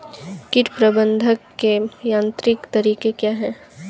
कीट प्रबंधक के यांत्रिक तरीके क्या हैं?